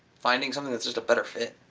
finding something that's just a better fit.